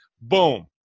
boom